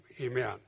Amen